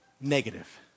negative